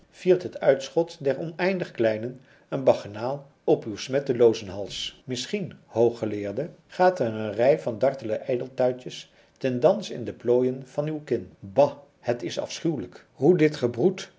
viert het uitschot der oneindig kleinen een bacchanaal op uw smetteloozen hals misschien hooggeleerde gaat er een rei van dartele ijdeltuitjes ten dans in de plooien van uw kin ba het is afschuwelijk hoe dit gebroed